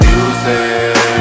Music